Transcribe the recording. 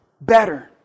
better